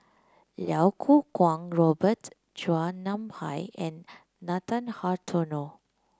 Iau Kuo Kwong Robert Chua Nam Hai and Nathan Hartono